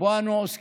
שבו אנחנו עוסקים